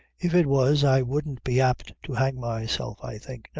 if it was, i wouldn't be apt to hang myself, i think.